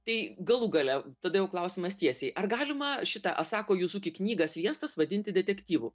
tai galų gale todėl klausimas tiesiai ar galima šitą asako juzuki knygą sviestas vadinti detektyvu